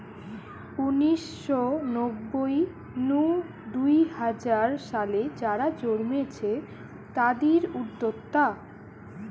উনিশ শ নব্বই নু দুই হাজার সালে যারা জন্মেছে তাদির উদ্যোক্তা